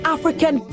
African